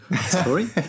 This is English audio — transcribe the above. Sorry